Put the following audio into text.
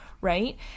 right